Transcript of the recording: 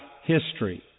history